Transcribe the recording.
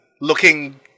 looking